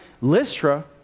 Lystra